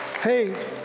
Hey